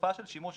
התופעה של שימוש